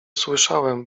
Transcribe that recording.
słyszałem